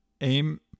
Aim